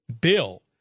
bill